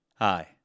Hi